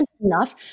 enough